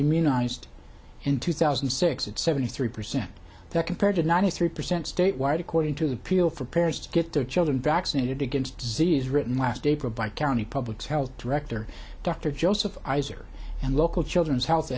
immunised in two thousand and six at seventy three percent compared to ninety three percent statewide according to the pill for parents to get their children vaccinated against disease written last april by county public health director dr joseph iser and local children's health